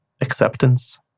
acceptance